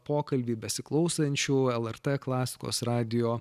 pokalbį besiklausančių lrt klasikos radijo